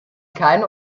keine